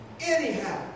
Anyhow